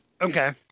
okay